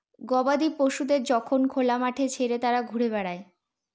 গবাদি পশুদের যখন খোলা মাঠে ছেড়ে তারা ঘুরে বেড়ায়